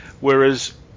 Whereas